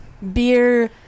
Beer